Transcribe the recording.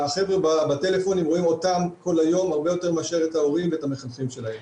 הם רואים אותם בטלפון כל היום הרבה יותר מאשר את ההורים והמחנכים שלהם.